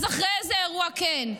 אז אחרי איזה אירוע כן?